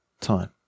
time